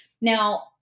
Now